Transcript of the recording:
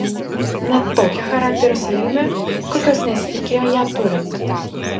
net tokią charakterio savybę kokios nesitikėjo ją turint